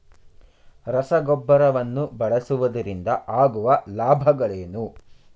ರಸಗೊಬ್ಬರವನ್ನು ಬಳಸುವುದರಿಂದ ಆಗುವ ಲಾಭಗಳೇನು?